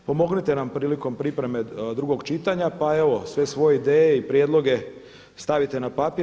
Pomognite nam prilikom pripreme drugog čitanja, pa evo sve svoje ideje i prijedloge stavite na papir.